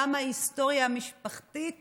כמה ההיסטוריה המשפחתית